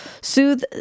soothe